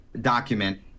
document